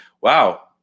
wow